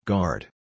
Guard